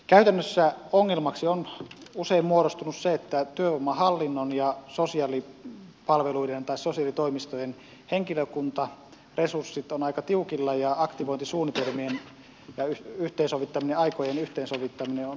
käytännössä ongelmaksi on usein muodostunut se että työvoimahallinnon ja sosiaalipalveluiden tai sosiaalitoimistojen henkilökuntaresurssit ovat aika tiukilla ja aktivointisuunnitelmien ja aikojen yhteensovittaminen on ollut haaste